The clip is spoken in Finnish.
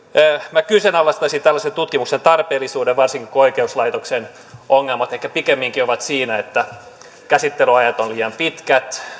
minä kyseenalaistaisin tällaisen tutkimuksen tarpeellisuuden varsinkin kun oikeuslaitoksen ongelmat ehkä pikemminkin ovat siinä että käsittelyajat ovat liian pitkät